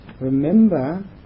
remember